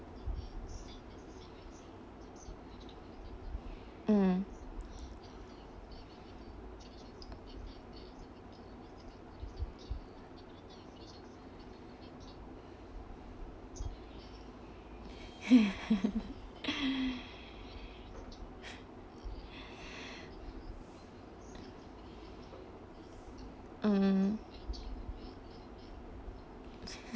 mm mm